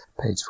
Page